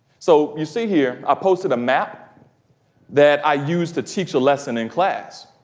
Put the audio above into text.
so, you see here i posted a map that i used to teach a lesson in class.